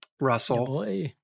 Russell